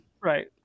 right